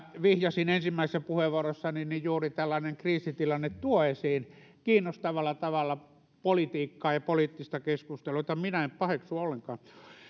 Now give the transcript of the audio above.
vihjasin ensimmäisessä puheenvuorossani juuri tällainen kriisitilanne tuo esiin kiinnostavalla tavalla politiikkaa ja poliittista keskustelua jota minä en paheksu ollenkaan